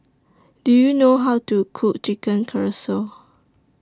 Do YOU know How to Cook Chicken Casserole